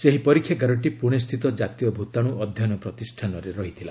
ସେହି ପରୀକ୍ଷାଗାରଟି ପୁଣେ ସ୍ଥିତ କାତୀୟ ଭୂତାଣୁ ଅଧ୍ୟୟନ ପ୍ରତିଷ୍ଠାନରେ ରହିଥିଲା